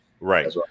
right